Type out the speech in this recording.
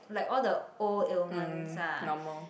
like all the old illments ah